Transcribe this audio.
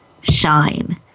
shine